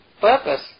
purpose